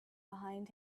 behind